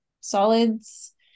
solids